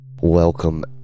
welcome